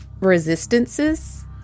resistances